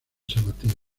sabatini